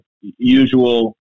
usual